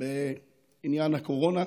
בעניין הקורונה,